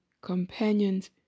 companions